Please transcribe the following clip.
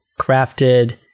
crafted